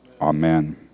Amen